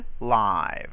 live